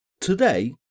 Today